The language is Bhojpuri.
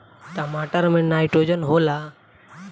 टमाटर मे नाइट्रोजन होला?